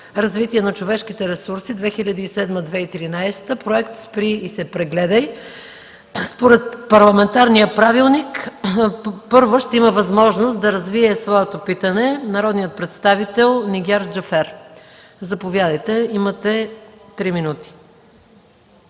„Развитие на човешките ресурси (2007-2013)”, Проект „Спри и се прегледай!”. Според парламентарния правилник, първа ще има възможност да развие своето питане народният представител Нигяр Джафер. Заповядайте, госпожо Джафер.